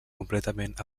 completament